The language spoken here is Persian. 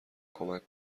کمک